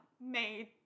made